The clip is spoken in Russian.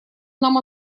нам